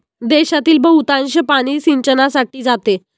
देशातील बहुतांश पाणी सिंचनासाठी जाते